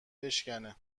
بشکنه